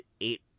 eight